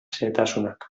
xehetasunak